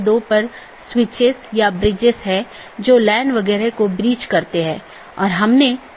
interior gateway protocol में router को एक ऑटॉनमस सिस्टम के भीतर जानकारी का आदान प्रदान करने की अनुमति होती है